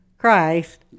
Christ